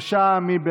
יואב